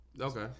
Okay